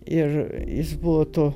ir jis buvo to